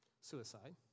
Suicide